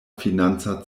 financa